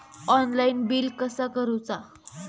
Online bill कसा करुचा?